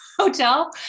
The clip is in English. hotel